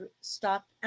stop